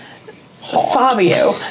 Fabio